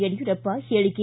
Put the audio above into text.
ಯಡಿಯೂರಪ್ಪ ಹೇಳಿಕೆ